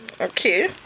okay